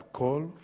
call